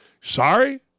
Sorry